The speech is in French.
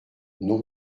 non